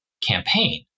campaign